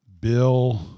Bill